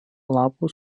lapų